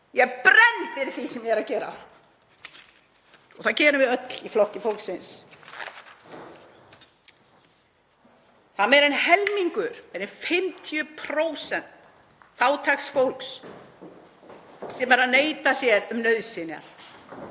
Ég brenn fyrir því sem ég er að gera og það gerum við öll í Flokki fólksins. Meira en helmingur, meira en 50% fátæks fólks neitar sér um nauðsynjar,